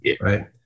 right